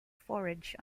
forage